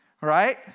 right